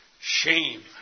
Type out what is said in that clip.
shame